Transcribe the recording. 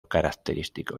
característico